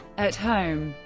at home,